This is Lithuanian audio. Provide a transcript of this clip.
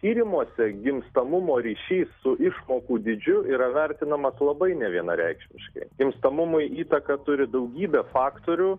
tyrimuose gimstamumo ryšys su išmokų dydžiu yra vertinamas labai nevienareikšmiškai gimstamumui įtaką turi daugybė faktorių